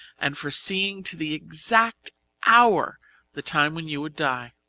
and foreseeing to the exact hour the time when you would die.